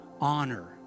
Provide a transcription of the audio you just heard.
honor